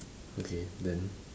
okay then